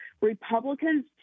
Republicans